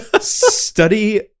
Study